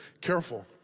Careful